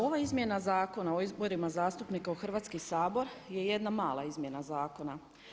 Ova izmjena Zakona o izborima zastupnik u Hrvatski sabor je jedna mala izmjena zakona.